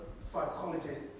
psychologists